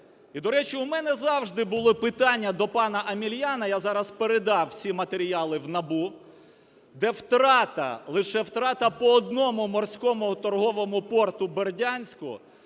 до речі, у мене завжди були питання до пана Омеляна. Я зараз передав всі матеріали в НАБУ, де втрата, лише втрата по одному морському торговому порту Бердянську